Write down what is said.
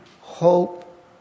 hope